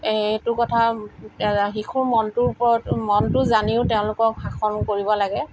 এইটো কথা শিশুৰ মনটোৰ ওপৰত মনটো জানিও তেওঁলোকক শাসন কৰিব লাগে